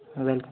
हाँ वेलकम